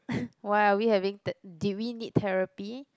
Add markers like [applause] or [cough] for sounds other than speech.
[laughs] why are we having th~ did we need therapy